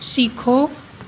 सीखो